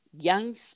young